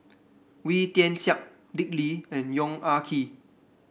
Wee Tian Siak Dick Lee and Yong Ah Kee